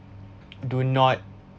do not